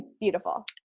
Beautiful